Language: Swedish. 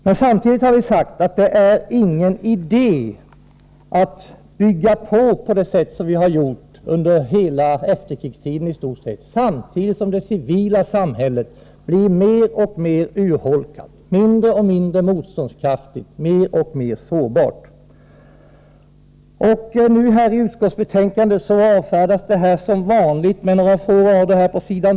Men vi har också sagt att det är ingen idé att bygga på försvaret på det sätt som vi gjort under i stort sett hela efterkrigstiden, samtidigt som det civila samhället blir mer och mer urholkat, mindre och mindre motståndskraftigt, mer och mer sårbart. I utskottsbetänkandet avfärdas detta som vanligt med några få rader. På s.